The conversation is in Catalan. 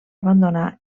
abandonar